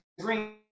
green